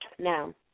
Now